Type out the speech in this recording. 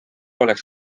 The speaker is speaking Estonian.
oleks